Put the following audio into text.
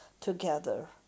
together